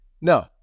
No